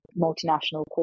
multinational